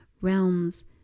realms